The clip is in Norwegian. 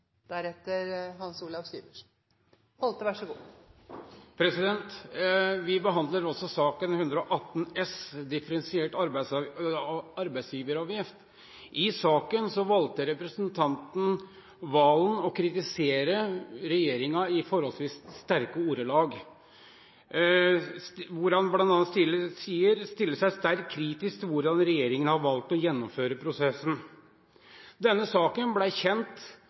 Vi behandler også Prop. 118 S, om differensiert arbeidsgiveravgift. I innstillingen har representanten Serigstad Valen valgt å kritisere regjeringen i forholdsvis sterke ordelag, der han bl.a. sier at han «stiller seg sterkt kritisk til hvordan regjeringen har valgt å gjennomføre denne prosessen». Denne saken ble kjent